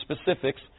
specifics